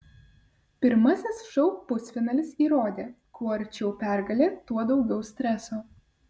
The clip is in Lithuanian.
pirmasis šou pusfinalis įrodė kuo arčiau pergalė tuo daugiau streso